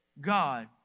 God